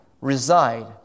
reside